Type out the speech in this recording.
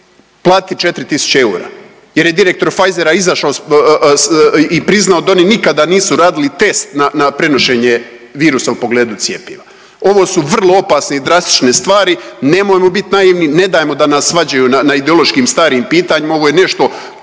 platiti 4.000 eura jer je direktor Pfizera izašao i priznao da oni nikada nisu radili test na prenošenje virusa u pogledu cjepiva. Ovo su vrlo opasne i drastične stvari. Nemojmo biti naivni, ne dajmo da nas svađaju na ideološkim starim pitanjima. Ovo je nešto